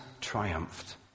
triumphed